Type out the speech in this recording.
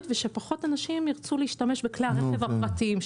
ושפחות אנשים ירצו להשתמש בכלי הרכב הפרטיים שלהם.